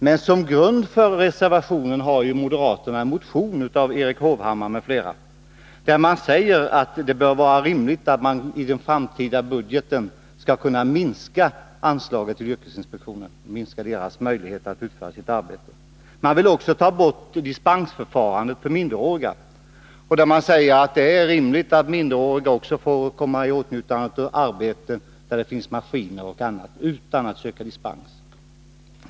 Men som grund för reservationen har moderaterna en motion av Erik Hovhammar m.fl., där man säger att det bör vara rimligt att i den framtida budgeten minska anslaget till yrkesinspektionen, dvs. minska dess möjlighet att utföra sitt arbete. Man vill också ta bort dispensförfarandet för minderåriga. Man menar att det är rimligt att minderåriga får komma i åtnjutande av arbete med att betjäna maskiner och i liknande uppgifter utan att söka dispens.